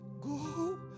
go